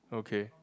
okay